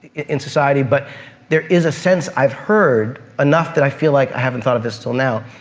in society. but there is a sense. i've heard enough that i feel like, i haven't thought of this til now,